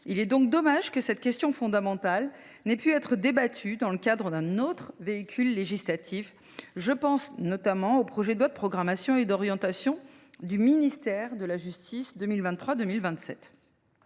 : je regrette que cette question fondamentale n’ait pu être débattue dans le cadre de l’examen d’un autre véhicule législatif – je pense notamment au projet de loi de programmation et d’orientation du ministère de la justice 2023 2027.